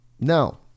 No